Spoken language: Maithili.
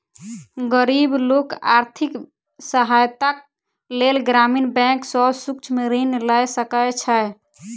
गरीब लोक आर्थिक सहायताक लेल ग्रामीण बैंक सॅ सूक्ष्म ऋण लय सकै छै